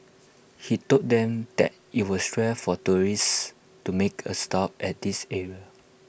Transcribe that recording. he told them that IT was rare for tourists to make A stop at this area